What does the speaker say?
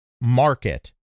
market